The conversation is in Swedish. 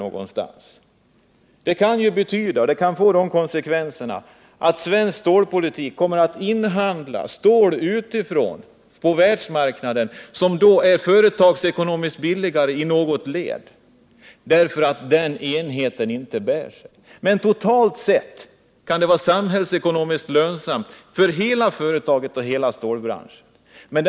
En sådan uppsplittring kan få de konsekvenserna att svensk stålindustri kommer att inhandla stål på världsmarknaden, vilket blir företagsekonomiskt billigare i något led, därför att den enheten inte bär sig. Men totalt sett kan inhemsk tillverkning vara lönsam samhällsekonomiskt, för hela företaget och för hela branschen.